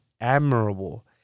admirable